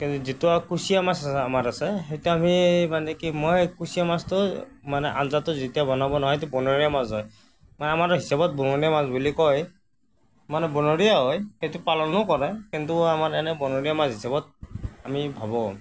যিটো কুচিয়া মাছ আমাৰ আছে সেইটো আমি মানে কি মই কুচিয়া মাছটো মানে আঞ্জাটো যেতিয়া বনাব নহয় সেইটো বনৰীয়া মাছ হয় আমাৰ মানে হিচাবত বনৰীয়া মাছ বুলি কয় মানে বনৰীয়া হয় সেইটো পালনো কৰে কিন্তু আমাৰ মানে বনৰীয়া মাছ হিচাবত আমি ভাবোঁ